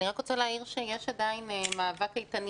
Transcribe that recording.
אני רק רוצה להעיר שיש עדיין מאבק איתנים